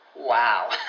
Wow